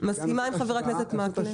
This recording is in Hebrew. מסכימה עם חבר הכנסת מקלב.